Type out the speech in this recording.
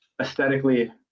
aesthetically